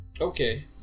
Okay